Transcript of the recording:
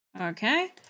Okay